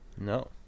No